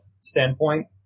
standpoint